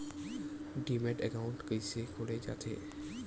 Demat account कइसे खोले जाथे?